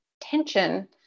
tension